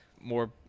more